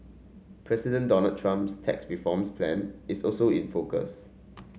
President Donald Trump's tax reforms plan is also in focus